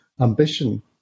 ambition